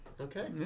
Okay